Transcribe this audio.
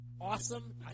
Awesome